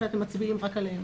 שאתם מצביעים רק עליהם.